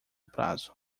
prazo